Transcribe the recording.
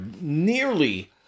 nearly